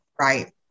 Right